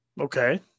Okay